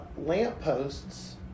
lampposts